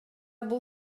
бул